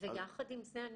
ויחד עם זה,